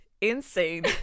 insane